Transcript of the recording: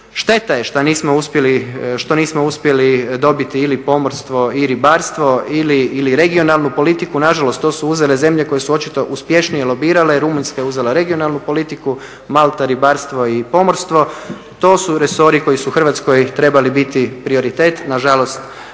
Šteta je što nismo uspjeli dobiti ili pomorstvo i ribarstvo ili regionalnu politiku, nažalost to su uzele zemlje koje su očito uspješnije lobirale, Rumunjska je uzela regionalnu politiku, Malta ribarstvo i pomorstvo to su resori koji su Hrvatskoj trebali biti prioritet, nažalost